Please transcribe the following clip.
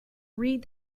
read